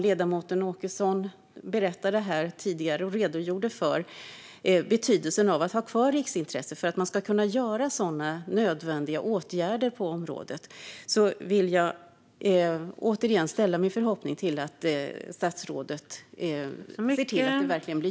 Ledamoten Åkesson redogjorde tidigare här för betydelsen av att ha kvar riksintresset för att man ska kunna göra nödvändiga åtgärder på området. Jag vill återigen ställa min förhoppning till att statsrådet ser till att det verkligen blir så.